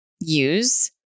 use